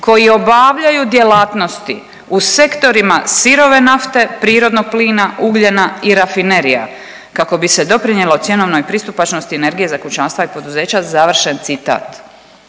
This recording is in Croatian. koji obavljaju djelatnosti u sektorima sirove nafte, prirodnog plina, ugljena i rafinerija kako bi se doprinijelo cjenovnoj pristupačnosti energije za kućanstva i poduzeća.“ Završen citat.